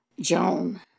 Joan